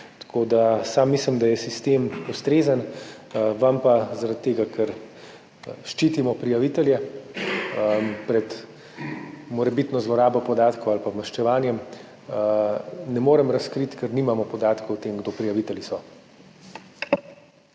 Tako da sam mislim, da je sistem ustrezen. Vam pa zaradi tega, ker ščitimo prijavitelje pred morebitno zlorabo podatkov ali pa maščevanjem, ne morem razkriti, ker nimamo podatkov o tem, kdo prijavitelji so.